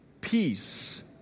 Peace